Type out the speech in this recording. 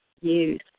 use